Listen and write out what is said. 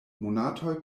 monatoj